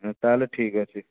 ତା'ହେଲେ ଠିକ୍ ଅଛି